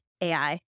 AI